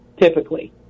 typically